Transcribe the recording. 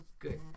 Good